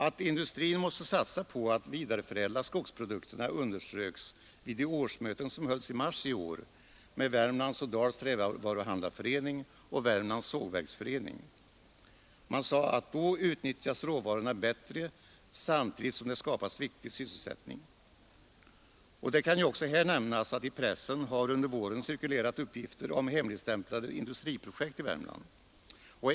Att industrin måste satsa på att vidareförädla skogsprodukterna underströks vid de årsmöten som hölls i mars i år med Värmlands och Dals trävaruhandlareförening och Värmlands sågverksförening. Man sade: Då utnyttjas råvarorna bättre samtidigt som det skapas viktig sysselsättning. Det kan också här nämnas att under våren har cirkulerat uppgifter i pressen om hemligstämplade industriprojekt i Värmland.